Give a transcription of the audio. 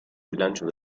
bilancio